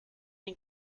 and